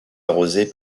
arrosée